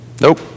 Nope